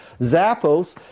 Zappos